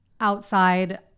outside